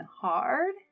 hard